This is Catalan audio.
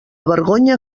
vergonya